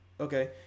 Okay